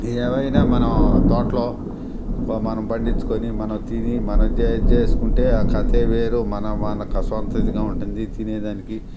ఏమైనా మనం తోటలో మనం పండించుకొని మనం తిని మన ఉద్యోగం చేసుకుంటే ఆ కథే వేరు మనం మన సొంతదిగా ఉంటుంది తినేదానికి